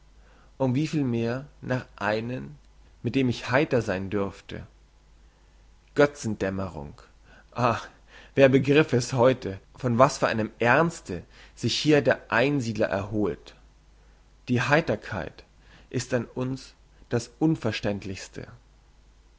um wie viel mehr nach einem mit dem ich heiter sein dürfte götzen dämmerung ah wer begriffe es heute von was für einem ernste sich hier ein einsiedler erholt die heiterkeit ist an uns das unverständlichste